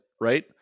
right